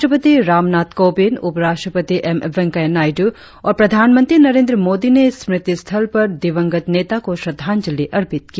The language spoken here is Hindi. राष्ट्रपति रामनाथ कोविंद उपराष्ट्रपति एम वेंकैया नायडू और प्रधानमंत्री नरेंद्र मोदी ने स्मृति स्थल पर दिवंगत नेता को श्रद्धांजलि अर्पित की